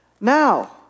Now